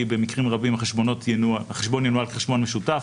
במקרים רבים החשבון ינוהל כחשבון משותף,